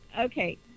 okay